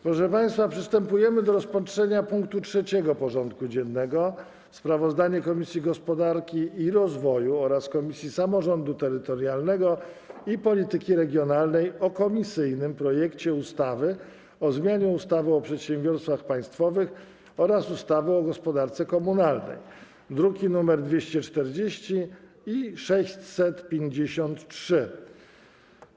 Przystępujemy do rozpatrzenia punktu 3. porządku dziennego: Sprawozdanie Komisji Gospodarki i Rozwoju oraz Komisji Samorządu Terytorialnego i Polityki Regionalnej o komisyjnym projekcie ustawy o zmianie ustawy o przedsiębiorstwach państwowych oraz ustawy o gospodarce komunalnej (druki nr 240 i 635)